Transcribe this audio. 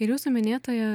ir jūsų minėtoje